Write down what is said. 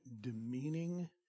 demeaning